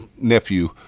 nephew